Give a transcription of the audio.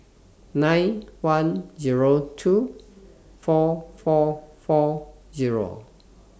nine one Zero two four four four Zero